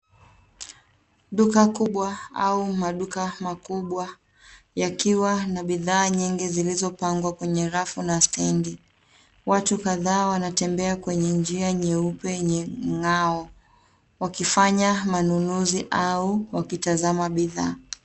Duka kubwa au maduka makubwa yakiwa na bidhaa nyingi zilizopangwa kwenye rafu na stendi. Watu kadhaa wanatembea kwenye njia nyeupe yenye mng'ao wakifanya manunuzi au wakitazama bidhaa.